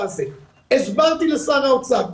הסברתי לשר האוצר,